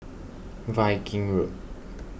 Viking Road